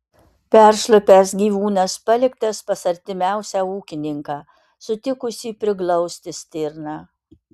peršlapęs gyvūnas paliktas pas artimiausią ūkininką sutikusį priglausti stirną